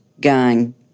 gang